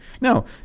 Now